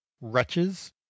wretches